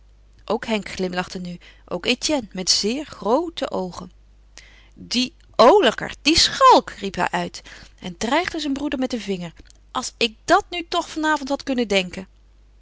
ook henk glimlachte nu ook etienne met zeer groote oogen die oolijkert die schalk riep hij uit en dreigde zijn broeder met den vinger als ik dat nu toch vanavond had kunnen denken